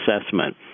assessment